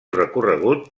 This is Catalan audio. recorregut